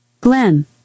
Glenn